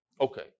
Okay